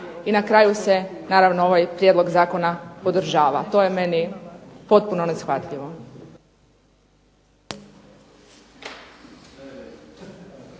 i na kraju se naravno ovaj prijedlog zakona podržava. To je meni potpuno neshvatljivo.